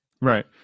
Right